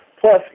Plus